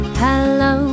hello